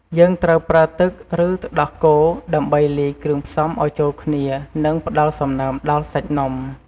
យើងត្រូវប្រើទឹក ឬ ទឹកដោះគោ ដើម្បីលាយគ្រឿងផ្សំឱ្យចូលគ្នា និងផ្តល់សំណើមដល់សាច់នំ។